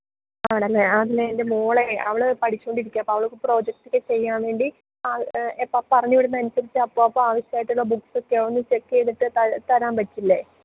ആണല്ലേ ആ അതേ എന്റെ മോളേ അവൾ പഠിച്ചോണ്ടിരിക്കുക അപ്പം അവൾക്ക് പ്രൊജെക്റ്റക്കെ ചെയ്യാൻ വേണ്ടി എപ്പം പറഞ്ഞ് വിടുന്നു അനുസരിച്ച് അപ്പം അപ്പം ആവശ്യമായിട്ടുള്ള ബുക്സൊക്കെ ഒന്ന് ചെക്ക് ചെയ്തിട്ട് തരാൻ പറ്റില്ലേ